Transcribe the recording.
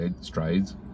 strides